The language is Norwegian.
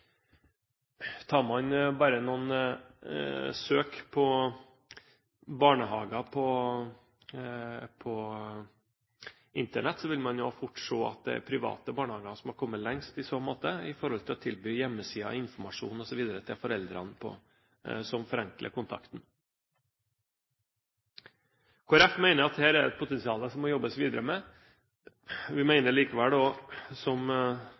Tar man bare noen søk på barnehager på Internett, vil man fort se at det er private barnehager som har kommet lengst i så måte, med hensyn til å tilby hjemmesider, informasjon osv. til foreldrene, noe som forenkler kontakten. Kristelig Folkeparti mener at det her er et potensial som det må jobbes videre med. Vi mener likevel – som